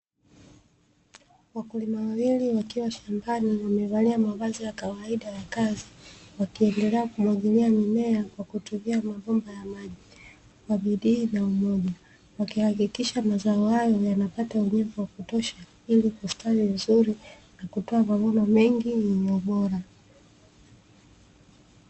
Wakulima wawili wakiwa shambani wamevalia mavazi ya kawaida ya kazi, wakiendelea kumwagilia mimea kwa kutumia mabomba ya maji kwa bidii na umoja, wakihakikisha mazao hayo yanapata unyevu wa kutosha ili kustawi vizuri, na kutoa mavuno mengi yenye ubora.